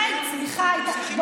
בעיניי היא צריכה הייתה,